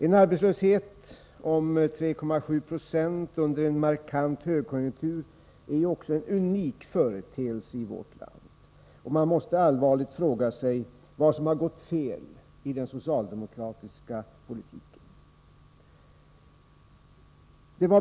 En arbetslöshet om 3,7 Zo under en markant högkonjunktur är en unik företeelse i vårt land, och man måste allvarligt fråga sig vad som har gått fel i den socialdemokratiska politiken.